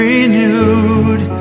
Renewed